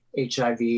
HIV